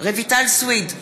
רויטל סויד,